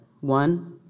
one